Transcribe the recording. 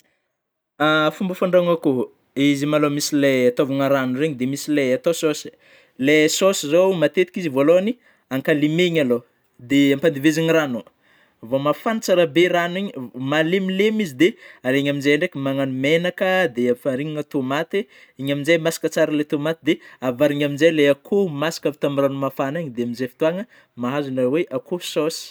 Fômba fandrahoana akôho izy malô misy lay ataovagna rano reny, disy lay atao saosy. Lay saosy zao matetiky izy vôalohany ankalemena alôha ,dia ampandevezina rano, vao mafana tsara be rano igny ,vo-malemilemy izy ,de alina amin'izay ndraiky magnano menaka dia avarignao tômaty, igny amin'izay masaka tsara le tômaty dia avarina amin'izay ilay akoho masaka avy tamin'ny ragno mafana igny de amin'izay fotoana mahazo ilay hoe akôho saosy.